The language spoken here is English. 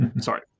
Sorry